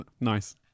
Nice